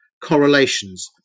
correlations